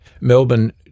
Melbourne